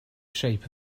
shape